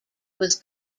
was